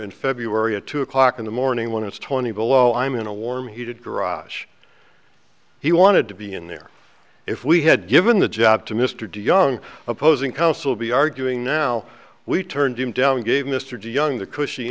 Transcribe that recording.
in february of two o'clock in the morning when it's twenty below i'm in a warm heated garage he wanted to be in there if we had given the job to mr de young opposing counsel be arguing now we turned him down gave mr de young the cushy